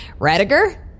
Radiger